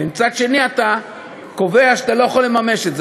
ומצד שני אתה קובע שאתה לא יכול לממש את זה.